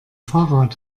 fahrrad